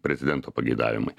prezidento pageidavimai